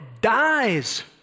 dies